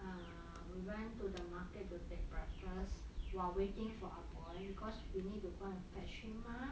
err we went to the market to take breakfast while waiting for ah boy because we need to go and fetch him mah